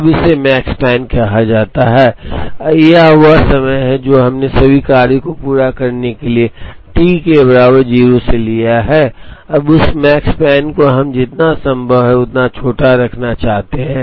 अब इसे मकस्पन कहा जाता है यह वह समय है जो हमने सभी कार्यों को पूरा करने के लिए टी के बराबर 0 से लिया है अब उस मकपसन को हम जितना संभव हो उतना छोटा रखना चाहते हैं